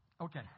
okay